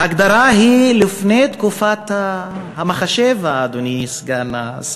ההגדרה היא מלפני תקופת המחשב, אדוני סגן השר.